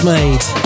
Made